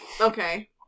okay